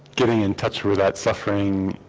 getting in touch with that suffering